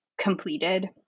completed